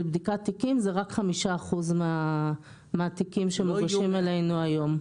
בדיקת תיקים זה רק 5% מהתיקים שמוגשים אלינו היום.